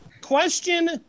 question